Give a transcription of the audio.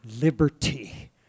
liberty